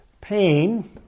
pain